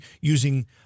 using